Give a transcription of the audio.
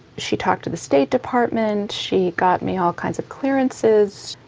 she talked to the state department, she got me all kinds of clearances,